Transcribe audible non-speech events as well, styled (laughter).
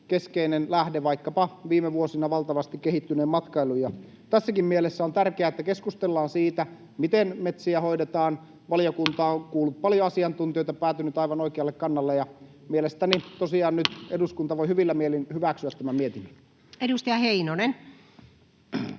keskeinen lähde, vaikkapa viime vuosina valtavasti kehittyneen matkailun. Tässäkin mielessä on tärkeää, että keskustellaan siitä, miten metsiä hoidetaan. (noise) Valiokunta on kuullut paljon asiantuntijoita, päätynyt aivan oikealle kannalle, ja mielestäni (noise) tosiaan nyt eduskunta voi hyvillä mielin hyväksyä tämän mietinnön. Edustaja Heinonen.